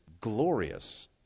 glorious